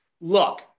Look